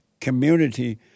community